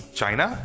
China